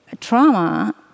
trauma